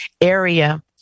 area